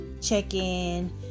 check-in